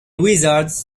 wizards